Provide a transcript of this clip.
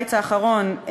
בקיץ האחרון,